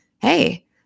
hey